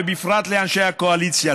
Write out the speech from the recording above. ובפרט לאנשי הקואליציה,